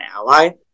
ally